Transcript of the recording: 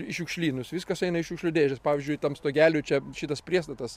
į šiukšlynus viskas eina į šiukšlių dėžes pavyzdžiui tam stogeliui čia šitas priestatas